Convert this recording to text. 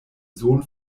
sohn